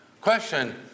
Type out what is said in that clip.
Question